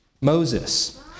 Moses